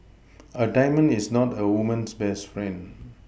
a diamond is not a woman's best friend